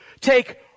Take